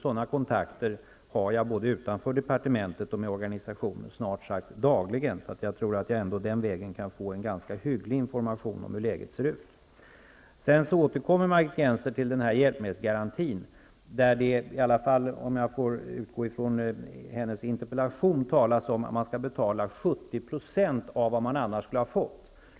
Sådana kontakter har jag både utanför departementet och med organisationer snart sagt dagligen. Jag tror därför att jag den vägen kan få en ganska hygglig information om hur läget är. Margit Gennser återkommer till frågan om hjälpmedelsgarantin. I Margit Gennsers interpellation talas det om att den handikappade skall få en ersättning motsvarande 70 % av vad han eller hon annars skulle ha fått.